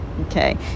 Okay